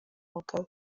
mugabe